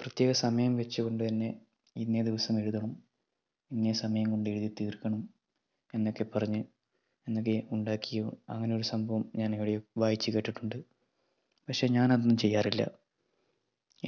പ്രത്യേക സമയം വെച്ച് കൊണ്ടുതന്നെ ഇന്നേ ദിവസം എഴുതണം ഇന്നേ സമയം കൊണ്ട് എഴുതിത്തീർക്കണം എന്നൊക്കെ പറഞ്ഞ് എഴുതുകയും ഉണ്ടാക്കുകയും അങ്ങനെയൊരു സംഭവം ഞാനെവിടെയോ വായിച്ച് കേട്ടിട്ടുണ്ട് പക്ഷേ ഞാനതൊന്നും ചെയ്യാറില്ല